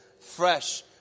Fresh